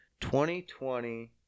2020